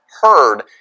heard